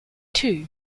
two